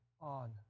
on